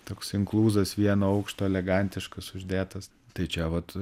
toks inkluzas vieno aukšto elegantiškas uždėtas tai čia vat